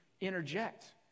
interject